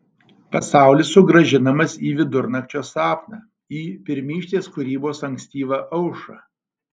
pasaulis sugrąžinamas į vidurnakčio sapną į pirmykštės kūrybos ankstyvą aušrą